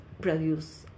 produce